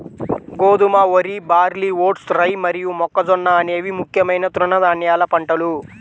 గోధుమ, వరి, barley, oats, rye మరియు మొక్కజొన్న అనేవి ముఖ్యమైన తృణధాన్యాల పంటలు